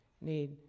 need